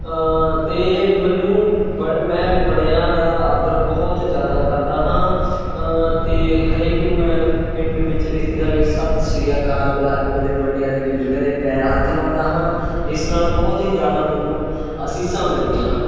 ਅਤੇ ਮੈਨੂੰ ਬੜ ਮੈਂ ਬੜਿਆ ਦਾ ਆਦਰ ਬਹੁਤ ਜ਼ਿਆਦਾ ਕਰਦਾ ਹਾਂ ਅਤੇ ਹਰੇਕ ਨੂੰ ਮੈਂ ਪਿੰਡ ਵਿੱਚ ਰਿਸ਼ਤੇਦਾਰੀ ਵਿੱਚ ਸਤਿ ਸ਼੍ਰੀ ਅਕਾਲ ਬੁਲਾ ਕੇ ਉਹਨਾਂ ਦੇ ਵੱਡਿਆਂ ਦੇ ਬਜ਼ੁਰਗਾਂ ਦੇ ਪੈਰ ਹੱਥ ਲਾਉਂਦਾ ਹਾਂ ਜਿਸ ਨਾਲ਼ ਬਹੁਤ ਹੀ ਜ਼ਿਆਦਾ ਮੈਨੂੰ ਅਸੀਸਾਂ ਮਿਲਦੀਆਂ ਹਨ